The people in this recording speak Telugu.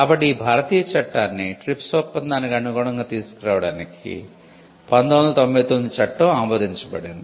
కాబట్టి ఈ భారతీయ చట్టాన్ని TRIPS ఒప్పందానికి అనుగుణంగా తీసుకురావడానికి 1999 చట్టం ఆమోదించబడింది